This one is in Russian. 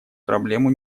проблему